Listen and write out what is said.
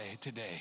today